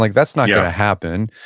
like that's not going to happen,